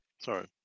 Sorry